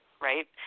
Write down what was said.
right